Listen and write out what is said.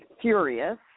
furious